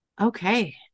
Okay